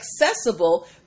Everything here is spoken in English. accessible